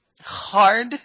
Hard